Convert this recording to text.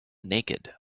naked